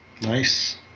nice